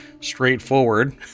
straightforward